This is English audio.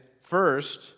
first